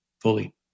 fully